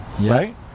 right